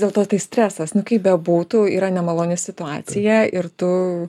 dėl to tai stresas kaip bebūtų yra nemaloni situacija ir tu